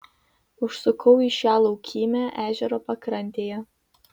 užsukau į šią laukymę ežero pakrantėje